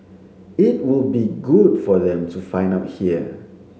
it would be good for them to find out here